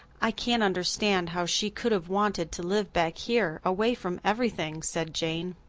i can't understand how she could have wanted to live back here, away from everything, said jane.